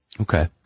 Okay